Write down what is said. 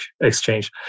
exchange